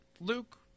Luke